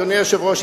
אדוני היושב-ראש,